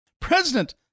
President